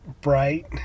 bright